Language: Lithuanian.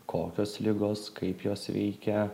kokios ligos kaip jos veikia